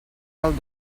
pel